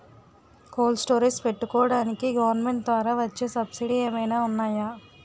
Cold storage పెట్టుకోడానికి government ద్వారా వచ్చే సబ్సిడీ ఏమైనా ఉన్నాయా?